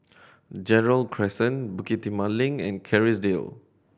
Gerald Crescent Bukit Timah Link and Kerrisdale